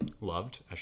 loved